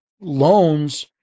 loans